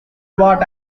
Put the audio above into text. what